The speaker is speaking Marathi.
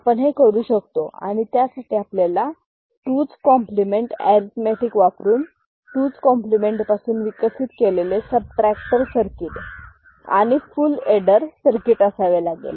आपण हे करू शकतो आणि त्यासाठी आपल्याला 2s कॉम्प्लिमेंट अरिथमॅटिक वापरून 2s कॉम्प्लिमेंट पासून विकसित केलेले सबट्रॅक्टर सर्किट आणि फूल एडर सर्किट असावे लागेल